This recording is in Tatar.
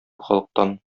халыктан